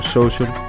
social